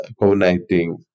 coordinating